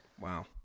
Wow